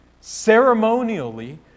ceremonially